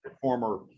Former